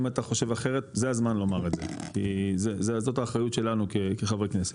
אם אתה חושב אחרת זה הזמן לומר את זה כי זאת האחריות שלנו כחברי כנסת,